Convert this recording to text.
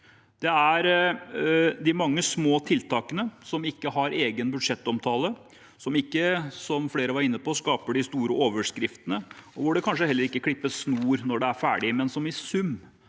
om de mange små tiltakene som ikke har egen budsjettomtale, som ikke, som flere var inne på, skaper de store overskriftene, og hvor det kanskje ikke klippes noen snor når de er ferdige, men som i sum